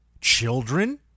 children